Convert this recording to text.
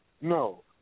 No